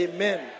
Amen